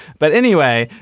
but anyway,